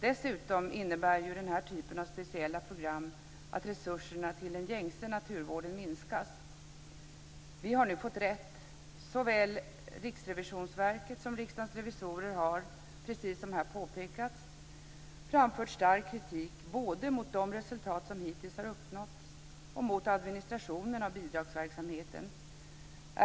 Dessutom innebär ju den här typen av speciella program att resurserna till den gängse naturvården minskas. Vi har nu fått rätt. Såväl Riksrevisionsverket som Riksdagens revisorer har, precis som här påpekats, framfört stark kritik både mot de resultat som hittills har uppnåtts och mot administrationen av bidragsverksamheten.